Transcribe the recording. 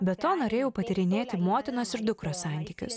be to norėjau patyrinėti motinos ir dukros santykius